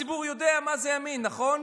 הציבור יודע מה זה ימין, נכון?